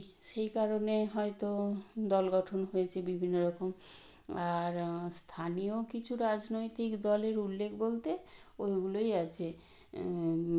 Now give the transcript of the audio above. ঠাকুর দেখা হলে আমরা বাজি ফাটাই বা বোম পুড়োই বোম পুড়োনো এবং কালী পুজো দেখতে গিয়ে অনুষ্ঠান হয় সে অনুষ্ঠানও দেখা হয়